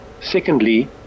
Secondly